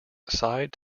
side